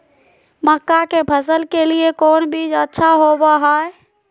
मक्का के फसल के लिए कौन बीज अच्छा होबो हाय?